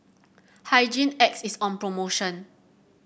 Hygin X is on promotion